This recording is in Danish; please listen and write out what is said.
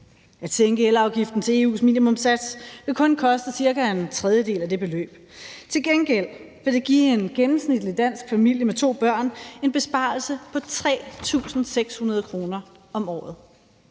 At sænke elafgiften til EU's minimumssats vil kun koste cirka en tredjedel af det beløb. Til gengæld vil det give en gennemsnitlig dansk familie med to børn en besparelse på 3.600 kr. om året,